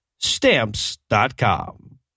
Stamps.com